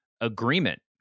agreement